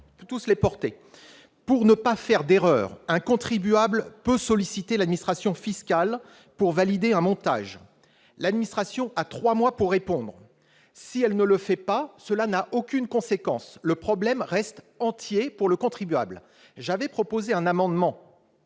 pouvoir tous les porter ! Afin de ne pas faire d'erreur, un contribuable peut solliciter l'administration fiscale pour valider un montage. L'administration a trois mois pour répondre. Si elle ne le fait pas, cela n'a aucune conséquence. Le problème reste entier pour le contribuable. J'avais proposé un amendement